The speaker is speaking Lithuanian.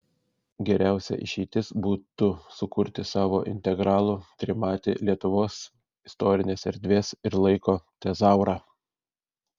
geriausia išeitis būtų sukurti savo integralų trimatį lietuvos istorinės erdvės ir laiko tezaurą